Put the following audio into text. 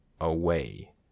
away